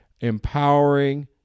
empowering